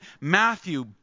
Matthew